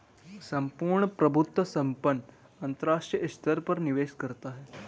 सम्पूर्ण प्रभुत्व संपन्न अंतरराष्ट्रीय स्तर पर निवेश करता है